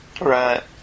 Right